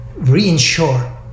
reinsure